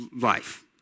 life